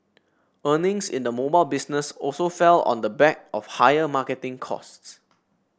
earnings in the mobile business also fell on the back of higher marketing costs